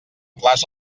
clars